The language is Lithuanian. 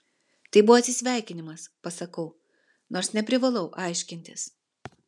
tai buvo atsisveikinimas pasakau nors neprivalau aiškintis